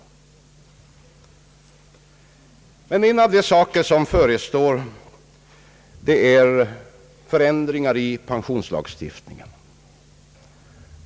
En av de åtgärder som förestår är förändringar i = pensionslagstiftningen.